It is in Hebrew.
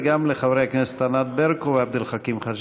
וגם לחברי הכנסת ענת ברקו ועבד אל חכים חאג'